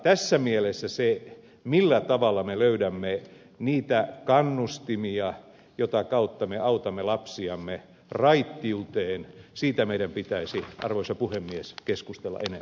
tässä mielessä siitä millä tavalla me löydämme niitä kannustimia joiden kautta me autamme lapsiamme raittiuteen meidän pitäisi arvoisa puhemies keskustella enemmän